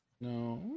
No